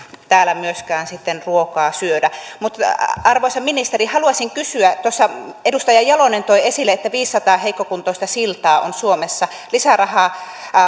täällä myöskään sitten ruokaa syödä mutta arvoisa ministeri haluaisin kysyä tuossa edustaja jalonen toi esille että viisisataa heikkokuntoista siltaa on suomessa lisärahaa